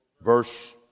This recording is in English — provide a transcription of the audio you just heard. Verse